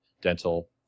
dental